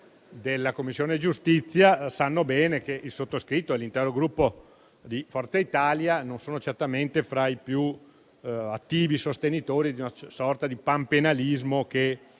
della Commissione giustizia, sa bene che il sottoscritto e l'intero del Gruppo Forza Italia non sono certamente fra i più attivi sostenitori di una sorta di panpenalismo, che